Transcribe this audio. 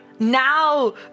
Now